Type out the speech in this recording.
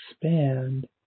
expand